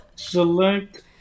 Select